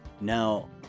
now